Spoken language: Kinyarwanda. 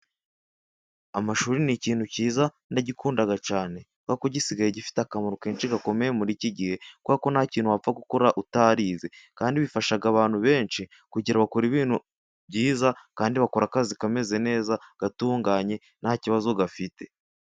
Amashuri ni ikintu cyiza ndagikunda cyane, kubera ko gisigaye gifite akamaro kenshi gakomeye muri iki gihe, kubera ko nta kintu wapfa gukora utarize, kandi bifasha abantu benshi, kugira bakore ibintu byiza, kandi bakore akazi kameze neza, gatunganye nta kibazo gafite.